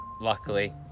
luckily